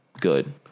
good